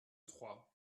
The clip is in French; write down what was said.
trois